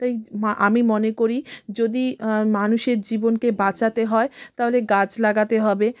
তাই আমি মনে করি যদি মানুষের জীবনকে বাঁচাতে হয় তাহলে গাছ লাগাতে হবে